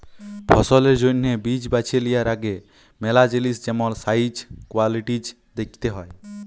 ফসলের জ্যনহে বীজ বাছে লিয়ার আগে ম্যালা জিলিস যেমল সাইজ, কোয়ালিটিজ দ্যাখতে হ্যয়